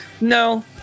no